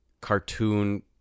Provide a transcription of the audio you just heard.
cartoon